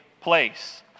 place